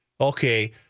okay